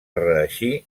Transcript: reeixir